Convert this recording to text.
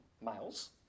males